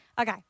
Okay